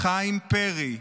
חיים פרי,